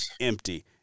empty